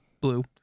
blue